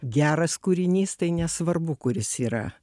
geras kūrinys tai nesvarbu kur jis yra